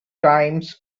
times